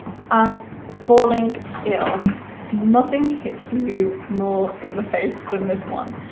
and falling ill nothing hits you more in the face than this one.